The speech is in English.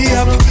up